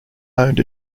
owned